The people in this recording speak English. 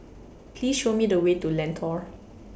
Please Show Me The Way to Lentor